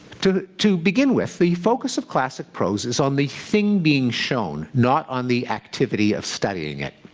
to to begin with, the focus of classic prose is on the thing being shown, not on the activity of studying it.